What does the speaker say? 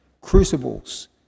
Crucibles